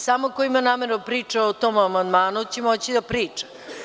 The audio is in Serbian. Samo ko ima nameru da priča o tomamandmanu će moći da priča.